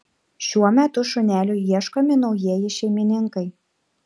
šiuo metu šuneliui ieškomi naujieji šeimininkai